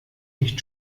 nicht